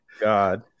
god